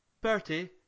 Bertie